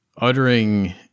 uttering